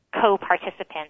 co-participants